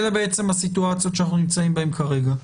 אלה הסיטואציות שאנחנו נמצאים בהם כרגע.